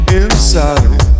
inside